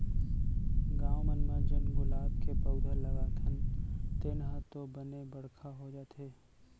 गॉव मन म जेन गुलाब के पउधा लगाथन तेन ह तो बने बड़का हो जाथे